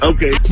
Okay